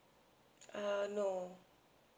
err no